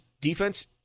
defense